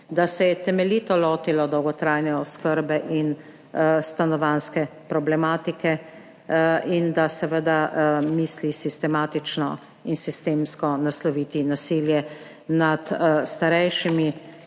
da se je temeljito lotilo dolgotrajne oskrbe in stanovanjske problematike in da seveda misli sistematično in sistemsko nasloviti nasilje nad starejšimi,